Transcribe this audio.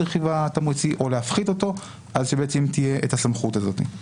הרכיב התמריצי או להפחית אותו ואז תהיה את הסמכות הזאת.